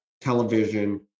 television